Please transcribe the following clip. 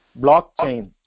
blockchain